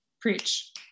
Preach